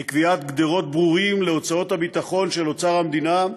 בקביעת גדרות ברורים להוצאות הביטחון של אוצר המדינה,